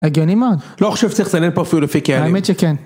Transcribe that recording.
אגן אמן. לא חושב שצריך לסנן פה פיולופיקה. האמת שכן.